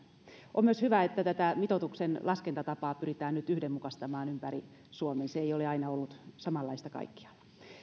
on myös hyvä että tätä mitoituksen laskentatapaa pyritään nyt yhdenmukaistamaan ympäri suomen se ei ole aina ollut samanlaista kaikkialla